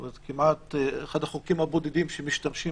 הוא כמעט אחד החוקים הבודדים שמשתמשים